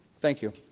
thank you.